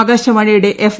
ആകാശവാണിയുടെ എഫ്